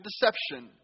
deception